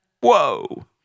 Whoa